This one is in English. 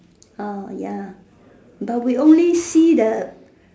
ah ya but we only see the